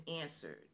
answered